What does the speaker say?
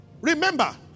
Remember